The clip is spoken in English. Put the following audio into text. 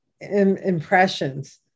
impressions